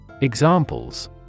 Examples